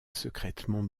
secrètement